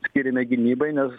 skiriame gynybai nes